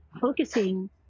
focusing